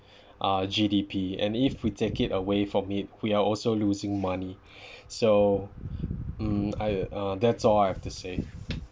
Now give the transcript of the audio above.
uh G_D_P and if we take it away from it we are also losing money so mm I uh that's all I have to say